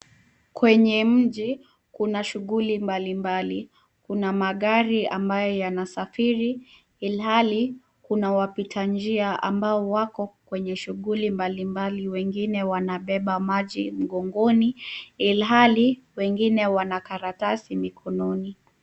Kwenye mji kuna shughuli mbalimbali, kuna magari ambayo yanasafiri, ilhali kuna wapita njia ambao wako kwenye shughuli mbalimbali .Wengine wanabeba maji mgongoni, ilhali wengine wana karatasi mikononi.